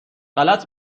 غلط